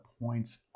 points